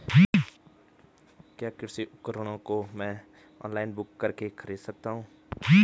क्या कृषि उपकरणों को मैं ऑनलाइन बुक करके खरीद सकता हूँ?